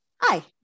Hi